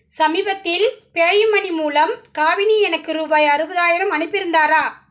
சமீபத்தில் பேயூமனி மூலம் காவினி எனக்கு ரூபாய் அறுபதாயிரம் அனுப்பி இருந்தாரா